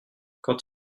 quand